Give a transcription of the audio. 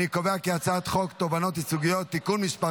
אני קובע כי הצעת חוק הצעת חוק תובענות ייצוגיות (תיקון מס'